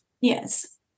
Yes